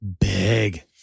big